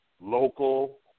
local